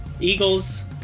Eagles